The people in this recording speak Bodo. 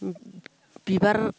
बिबार